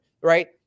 right